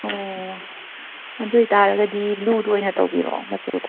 ꯑꯣ ꯑꯗꯨ ꯑꯣꯏꯇꯥꯔꯒꯗꯤ ꯕ꯭ꯂꯨꯗꯣ ꯑꯣꯏꯅ ꯇꯧꯕꯤꯔꯛꯑꯣ ꯃꯆꯨꯗꯣ